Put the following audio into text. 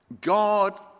God